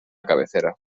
cabecera